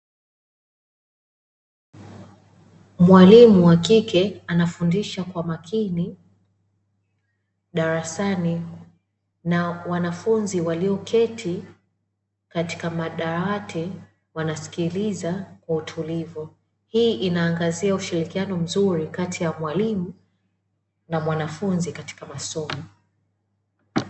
Mwalimu wa kike anafundisha kwa makini darasani, na wanafunzi walioketi katika madawati wanasikiliza kwa utulivu, hii inaangazia ushirikiano mzuri kati ya mwalimu na mwanafunzi katika masomo.